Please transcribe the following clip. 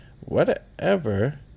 Whatever